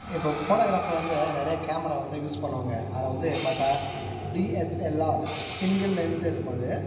இப்போ ஃபோட்டோகிராஃபர் வந்து நிறைய கேமரா வந்து யூஸ் பண்ணுவாங்க அதில் வந்து பார்த்தா டிஎஸ்எல்ஆர் சிங்கிள் லென்ஸ் இருக்கும் அது